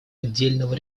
отдельного